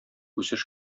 үсеш